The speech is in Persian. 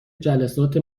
جلسات